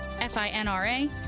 FINRA